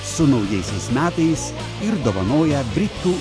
su naujaisiais metais ir dovanoja britų